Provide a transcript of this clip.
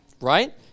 right